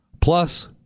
Plus